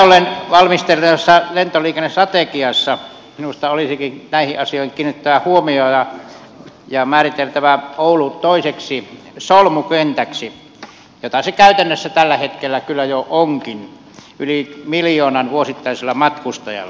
näin ollen valmistellussa lentoliikennestrategiassa minusta olisikin näihin asioihin kiinnitettävä huomiota ja määriteltävä oulu toiseksi solmukentäksi mikä se käytännössä tällä hetkellä kyllä jo onkin yli miljoonan vuosittaisella matkustajalla